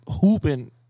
hooping